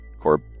Corb